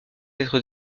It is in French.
être